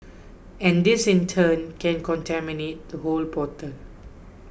and this in turn can contaminate the whole bottle